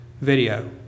video